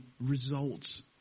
results